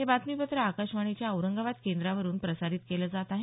हे बातमीपत्र आकाशवाणीच्या औरंगाबाद केंद्रावरून प्रसारित केलं जात आहे